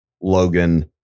Logan